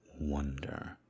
wonder